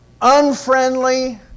unfriendly